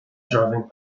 jovem